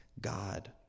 God